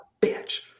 Bitch